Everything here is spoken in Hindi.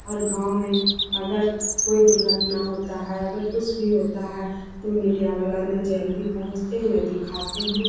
और गाँव में अगर कोई दुर्घटना होती है अगर कुछ भी होता है तो मीडिया वाले ना जल्दी पहुँचते हैं ना दिखाते हैं